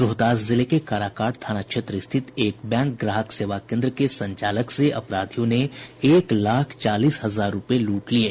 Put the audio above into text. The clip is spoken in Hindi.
रोहतास जिले के काराकाट थाना क्षेत्र स्थित एक बैंक ग्राहक सेवा केन्द्र के संचालक से अपराधियों ने एक लाख चालीस हजार रूपये लूट लिये